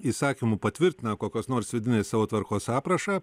įsakymu patvirtina kokios nors vidinės savo tvarkos aprašą